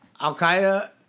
Al-Qaeda